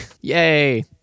yay